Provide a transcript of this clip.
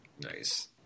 Nice